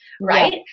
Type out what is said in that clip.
right